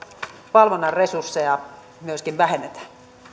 valvonnan resursseja myöskin vähennetään